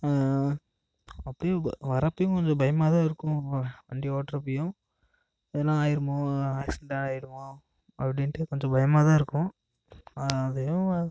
அப்பயும் வரப்பயும் கொஞ்சம் பயமாக தான் இருக்கும் வண்டி ஓட்டுறப்பயும் எதனா ஆயிடுமோ ஆக்சிடென்ட் ஆயிடுமோ அப்படின்ட்டு கொஞ்சம் பயமாகதான் இருக்கும் அதையும்